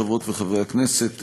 חברות וחברי הכנסת,